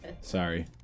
sorry